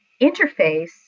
interface